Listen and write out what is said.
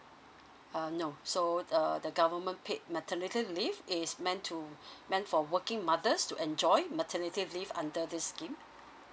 uh no so the the government paid maternity leave is meant to meant for working mothers to enjoy maternity leave under this scheme